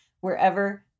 wherever